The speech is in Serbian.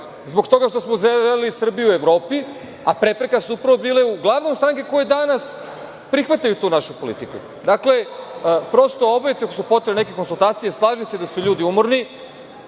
zbog toga što smo želeli Srbiju u Evropi, a prepreka su upravo bile uglavnom stranke koje danas prihvataju tu našu politiku. Dakle, prosto obavite, ako su potrebne neke konsultacije, slažem se da su ljudi umorni,